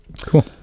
Cool